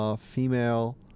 Female